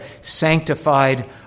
sanctified